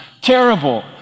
terrible